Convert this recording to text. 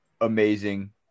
amazing